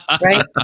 right